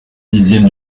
dixième